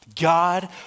God